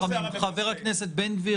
חבר הכנסת רוטמן,